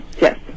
yes